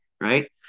Right